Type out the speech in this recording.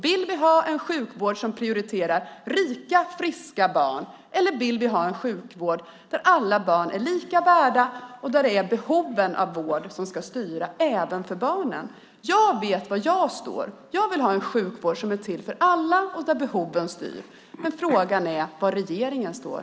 Vill vi ha en sjukvård som prioriterar rika, friska barn, eller vill vi ha en sjukvård där alla barn är lika värda och där det är behoven av vård som ska styra, även för barnen? Jag vet var jag står. Jag vill ha en sjukvård som är till för alla och där behoven styr, men frågan är var regeringen står.